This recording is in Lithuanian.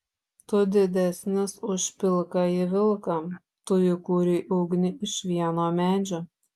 tu didesnis už pilkąjį vilką tu įkūrei ugnį iš vieno medžio